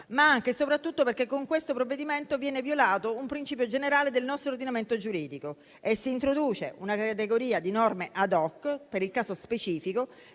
ma anche e soprattutto perché con questo provvedimento viene violato un principio generale del nostro ordinamento giuridico e si introduce una categoria di norme *ad hoc* per un caso specifico,